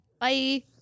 Bye